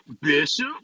Bishop